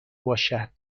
باشد